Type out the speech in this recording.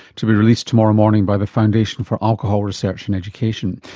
to be released tomorrow morning by the foundation for alcohol research and education.